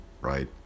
right